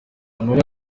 amabara